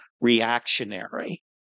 reactionary